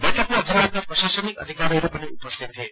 बैइकमा जिल्लाका प्रशासनिक अधिकारीहरू पनि उपसिीत गििए